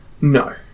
No